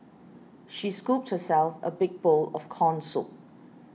she scooped herself a big bowl of Corn Soup